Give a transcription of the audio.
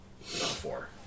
four